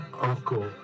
uncle